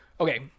Okay